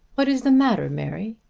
what is the matter, mary?